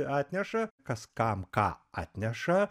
atneša kas kam ką atneša